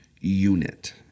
unit